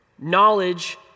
knowledge